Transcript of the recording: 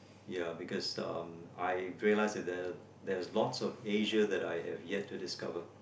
ya because um I realize that there there's lot of Asia that I have yet to discover